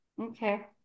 Okay